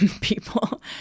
people